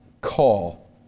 call